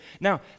Now